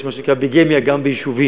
יש מה שנקרא ביגמיה גם ביישובים.